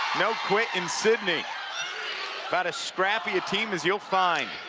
no quit in sidney about as scrappy a team as you'll find.